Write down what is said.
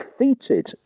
defeated